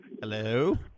Hello